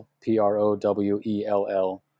P-R-O-W-E-L-L